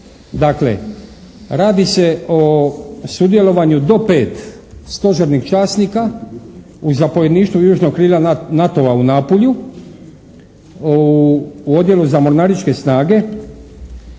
Radi se o sudjelovanju do pet stožernih časnika u zapovjedništvu južnog krila NATO-a u Napulju u odjelu za mornaričke snage